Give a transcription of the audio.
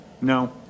No